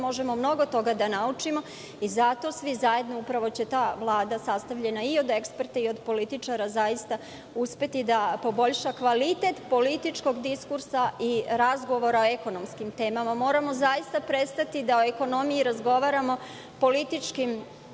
možemo mnogo toga da naučimo, zato će svi zajedno, upravo će ta Vlada sastavljena i od eksperata, od političara uspeti da poboljša kvalitet političkog diskursa i razgovora o ekonomskim temama. Moramo zaista prestati da o ekonomiji razgovaramo političkim